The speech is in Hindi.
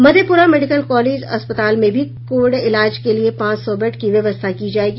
मधेपुरा मेडिकल कॉलेज अस्पताल में भी कोविड इलाज के लिये पांच सौ बेड की व्यवस्था की जायेगी